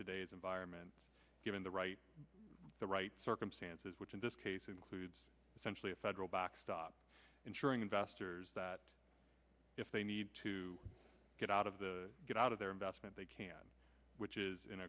today's environment given the right the right circumstances which in this case includes essentially a federal backstop ensuring investors that if they need to get out of the get out of their investment they can which is in